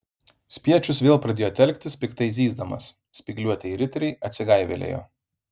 spiečius vėl pradėjo telktis piktai zyzdamas spygliuotieji riteriai atsigaivelėjo